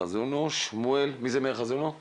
חיוני וערך עליון ביהדות.